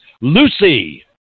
Lucy